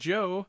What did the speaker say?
Joe